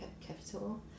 capital